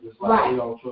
Right